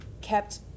kept